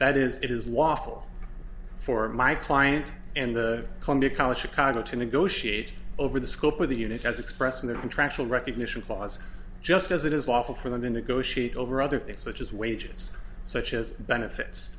that is it is waffle for my client and the columbia college chicago to negotiate over the scope of the unit has expressed in their contractual recognition clause just as it is lawful for them to negotiate over other things such as wages such as benefits